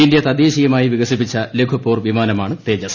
India തദ്ദേശീയമായി വികസിപ്പിച്ച ലഘുപോർ വിമാനമാണ് തേജസ്